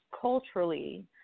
culturally